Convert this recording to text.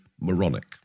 moronic